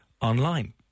online